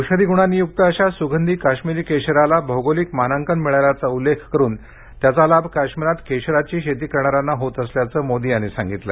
औषधीगुणांनी युक्त अशा सुगंधी काश्मीरी केशराला भौगोलिक मानांकन मिळाल्याचा उल्लेख करून त्याचा लाभ काश्मिरात केशराची शेती करणाऱ्यांना होत असल्याचं मोदी यांनी सांगितलं